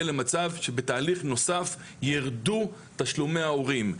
למצב שבתהליך נוסף יירדו תשלומי ההורים.